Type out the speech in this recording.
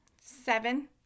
seven